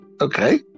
okay